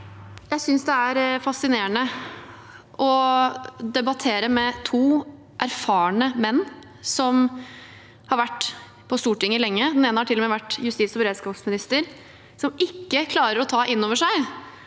Jeg synes det er fascinerende å debattere med to erfarne menn som har vært på Stortinget lenge – den ene har til og med vært justis- og beredskapsminister – som ikke klarer å ta inn over seg